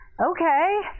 okay